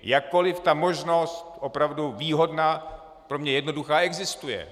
Jakkoli ta možnost opravdu výhodná, pro mě jednoduchá, existuje.